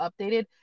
updated